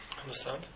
Understand